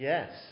Yes